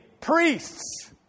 priests